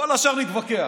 על כל השאר נתווכח,